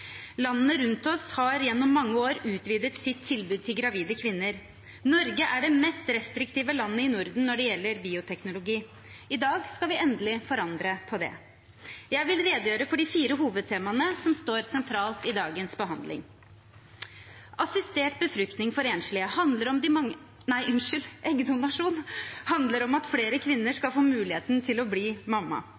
Landene rundt oss har gjennom mange år utvidet sitt tilbud til gravide kvinner. Norge er det mest restriktive landet i Norden når det gjelder bioteknologi. I dag skal vi endelig forandre på det. Jeg vil redegjøre for de fire hovedtemaene som står sentralt i dagens behandling. Eggdonasjon for enslige handler om at flere kvinner skal få muligheten til å bli mamma.